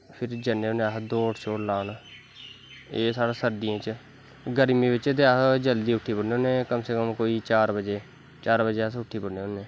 फिर ज्नने होने अस दौड़ शोड़ लान एह् साढ़ा सर्दियें च गर्मियें च ते अस जल्दी उट्ठी पौंने होने कम से कम कोई चार बज़े चार बज़े अस उट्ठी पौने होनें